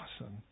Awesome